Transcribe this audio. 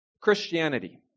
Christianity